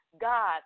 God